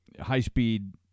high-speed